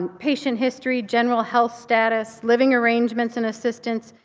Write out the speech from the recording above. um patient history, general health status, living arrangements and assistance.